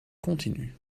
continu